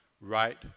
right